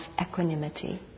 equanimity